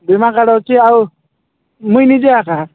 ବୀମା କାର୍ଡ୍ ଅଛି ଆଉ ମୁଇ ନିଜେ ଏକା